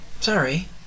sorry